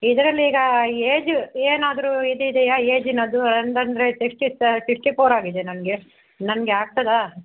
ಇದ್ರಲ್ಲಿ ಈಗ ಏಜು ಏನಾದರು ಇದೆ ಇದೆಯಾ ಏಜಿನದು ಅಂತಂದ್ರೆ ಸಿಕ್ಸ್ಟೀಸ್ ಸಿಕ್ಸ್ಟಿ ಫೋರ್ ಆಗಿದೆ ನನಗೆ ನನಗೆ ಆಗ್ತದಾ